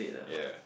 ya